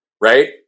right